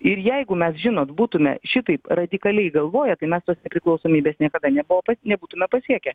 ir jeigu mes žinot būtume šitaip radikaliai galvoję tai mes tos priklausomybės niekada nebuvo nebūtume pasiekę